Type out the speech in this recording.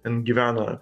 ten gyvena